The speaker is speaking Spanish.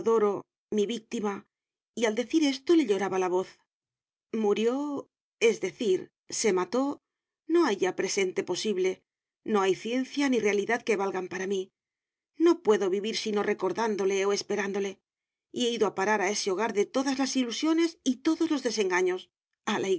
mi víctimay al decir esto le lloraba la voz murió es decir se mató no hay ya presente posible no hay ciencia ni realidad que valgan para mí no puedo vivir sino recordándole o esperándole y he ido a parar a ese hogar de todas las ilusiones y todos los desengaños